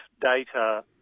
data